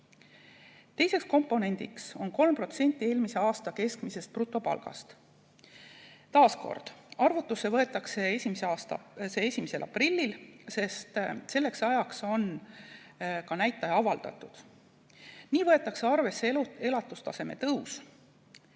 Teiseks komponendiks on 3% eelmise aasta keskmisest brutopalgast. Taas kord: arvutusse võetakse see 1. aprillil, sest selleks ajaks on see näitaja avaldatud. Nii võetakse arvesse elatustaseme tõusu.